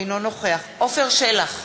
אינו נוכח עפר שלח,